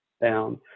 down